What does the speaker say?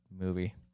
movie